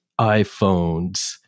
iPhones